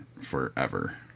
forever